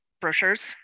brochures